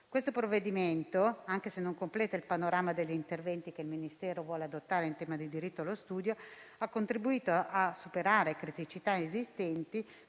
Questo provvedimento, anche se non completa il panorama degli interventi che il Ministero intende adottare in tema di diritto allo studio, ha contribuito a superare le criticità esistenti,